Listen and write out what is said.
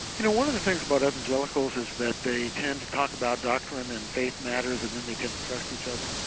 you know one of the things about evangelicals is that they tend to talk about doctrine and faith matters and then they tend to trust each other.